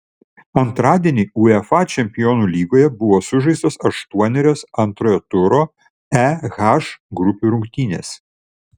antradienį uefa čempionų lygoje buvo sužaistos aštuonerios antrojo turo e h grupių rungtynės